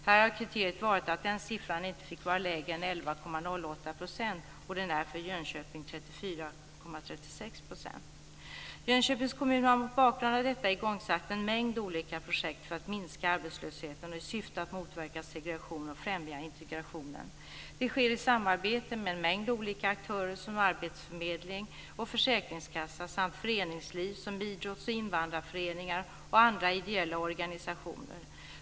Här har kriteriet varit att den siffran inte fick vara lägre än Jönköpings kommun har mot bakgrund av detta igångsatt en mängd olika projekt för att minska arbetslösheten, i syfte att motverka segregation och främja integrationen. Det sker i samarbete med en mängd olika aktörer, som arbetsförmedling och försäkringskassa, föreningsliv samt idrotts och invandrarföreningar och andra ideella organisationer.